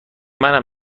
منم